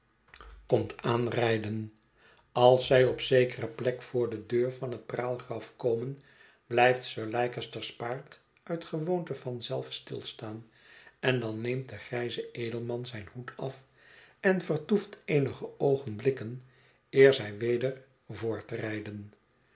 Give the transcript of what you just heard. lincolnshire rijden als zij op zekere plek voor de deur van het praalgraf komen blijft sir leicester's paard uit gewoonte van zelf stilstaan en dan neemt de grijze edelman zijn hoed af en vertoeft eenige oogenblikken eer zij weder